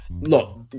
look